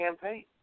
campaign